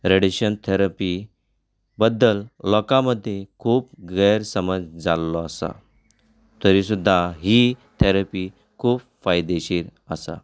radiation therapy बद्दल लोकां मदीं खूब गैर समज जाल्लो आसा तरी सुद्दां ही थॅरपी खूब फायदेशीर आसा